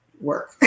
work